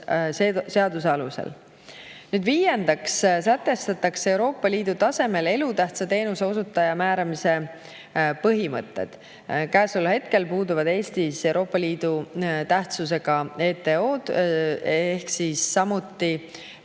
alusel. Viiendaks sätestatakse Euroopa Liidu tasemel elutähtsa teenuse osutaja määramise põhimõtted. Käesoleval hetkel puuduvad Eestis Euroopa Liidu tähtsusega ETO‑d, samuti